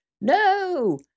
No